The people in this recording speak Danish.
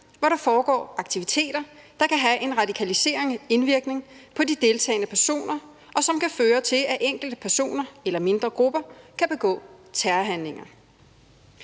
hvor der foregår aktiviteter, der kan have en radikaliserende indvirkning på de deltagende personer, og som kan føre til, at enkelte personer eller mindre grupper kan begå terrorhandlinger.«